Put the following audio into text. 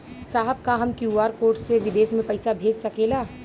साहब का हम क्यू.आर कोड से बिदेश में भी पैसा भेज सकेला?